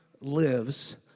lives